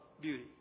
beauty